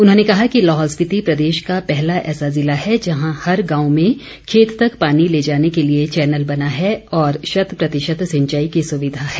उन्होंने कहा कि लाहौल स्पिति प्रदेश का पहला ऐसा जिला है जहां हर गांव में खेत तक पानी ले जाने के लिए चैनल बना है और शत प्रतिशत सिंचाई की सुविधा है